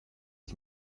ich